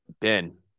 Ben